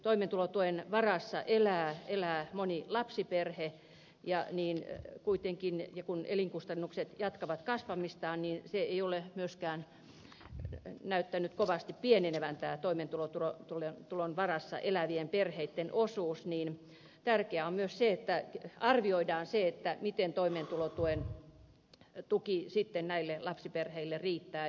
toimeentulotuen varassa elää moni lapsiperhe ja kun elinkustannukset jatkavat kasvamistaan toimeentulotuen varassa elävien perheitten osuus ei ole näyttänyt kovasti pienenevän päätoimeentulo tulee tulon varassa elävien perheitten niin tärkeää on myös se että arvioidaan miten toimeentulotuki lapsiperheille riittää